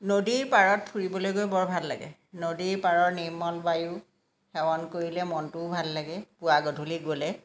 নদীৰ পাৰত ফুৰিবলৈ গৈ বৰ ভাল লাগে নদীৰ পাৰৰ নিৰ্মল বায়ু সেৱন কৰিলে মনটোও ভাল লাগে পুৱা গধূলি গ'লে